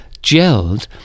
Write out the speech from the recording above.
gelled